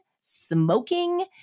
smoking